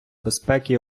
безпеки